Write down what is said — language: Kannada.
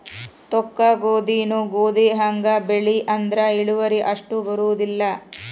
ತೊಕ್ಕಗೋಧಿನೂ ಗೋಧಿಹಂಗ ಬೆಳಿ ಆದ್ರ ಇಳುವರಿ ಅಷ್ಟ ಬರುದಿಲ್ಲಾ